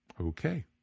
okay